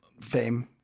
fame